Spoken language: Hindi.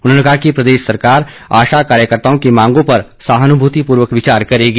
उन्होंने कहा कि प्रदेश सरकार आशा कार्यकर्ताओं की मांगों पर सहानुभूति पूर्वक विचार करेगी